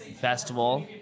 festival